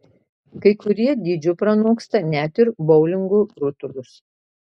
kai kurie dydžiu pranoksta net ir boulingo rutulius